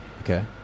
okay